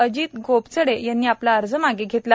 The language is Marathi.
अजित गोपचडे यांनी आपला अर्ज मागे घेतला